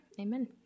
Amen